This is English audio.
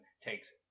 takes